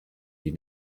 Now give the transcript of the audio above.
die